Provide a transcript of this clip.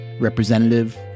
representative